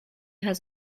has